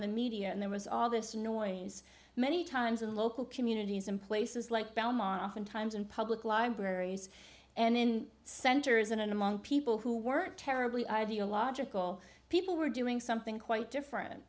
in the media and there was all this noise many times in local communities in places like belmont oftentimes in public libraries and in centers in and among people who weren't terribly ideological people were doing something quite different